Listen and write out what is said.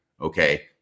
Okay